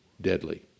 deadly